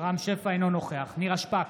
אינו נוכח נירה שפק,